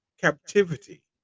captivity